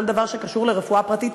כל דבר שקשור לרפואה פרטית,